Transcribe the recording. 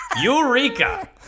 Eureka